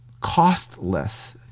costless